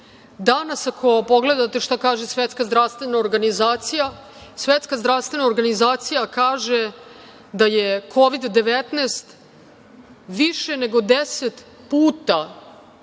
Danas, ako pogledate šta kaže Svetska zdravstvena organizacija, Svetska zdravstvena organizacija kaže da je Kovid-19 više nego 10 puta